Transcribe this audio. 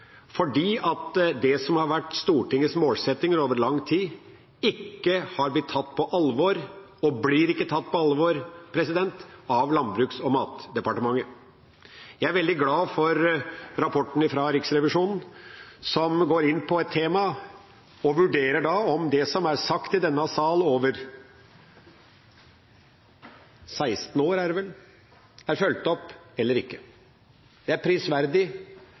det som har vært Stortingets målsettinger over lang tid, ikke har blitt tatt på alvor, og blir ikke tatt på alvor, av Landbruks- og matdepartementet. Jeg er veldig glad for rapporten fra Riksrevisjonen som går inn på et tema og vurderer om det som er sagt i denne sal over 16 år, er det vel, er fulgt opp eller ikke. Det er prisverdig,